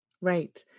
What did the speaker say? Right